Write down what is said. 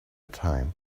time